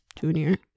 junior